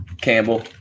Campbell